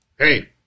Hey